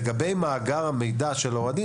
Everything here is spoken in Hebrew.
לגבי מאגר המידע של אוהדים,